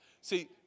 See